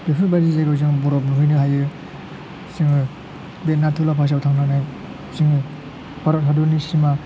बेफोरबायदि जायगायाव जों बरफ नुहैनो हायो जोङो बे नातुल पासआव थांनानै जोङो भारत हादरनि सिमा